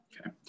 Okay